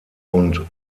und